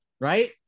Right